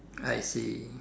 I see